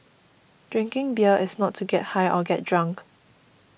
drinking beer is not to get high or get drunk